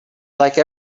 like